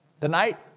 tonight